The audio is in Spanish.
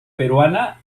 peruana